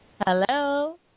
Hello